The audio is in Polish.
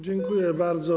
Dziękuję bardzo.